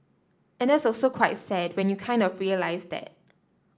and that's also quite sad when you kind of realise that